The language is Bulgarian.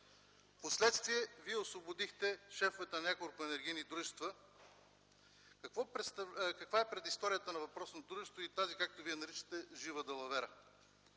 Впоследствие Вие освободихте шефовете на няколко енергийни дружества. Каква е предисторията на въпросното дружество и тази, както Вие я наричате – „жива далавера”?